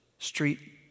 Street